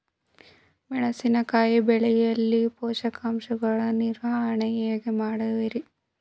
ಮೆಣಸಿನಕಾಯಿ ಬೆಳೆಯಲ್ಲಿ ಪೋಷಕಾಂಶಗಳ ನಿರ್ವಹಣೆ ಹೇಗೆ ಮಾಡುವಿರಿ?